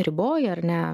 riboja ar ne